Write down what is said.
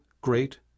great